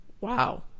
Wow